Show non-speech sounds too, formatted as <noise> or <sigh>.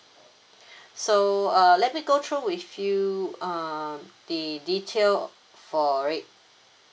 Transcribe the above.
<breath> so uh let me go through with you um the detail for it